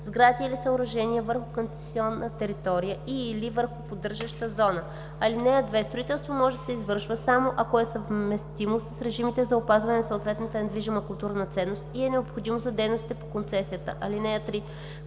сгради или съоръжения върху концесионната територия и/или върху поддържащата зона. (2) Строителство може да се извършва само ако е съвместимо с режимите за опазване на съответната недвижима културна ценност и е необходимо за дейностите по концесията. (3)